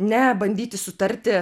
ne bandyti sutarti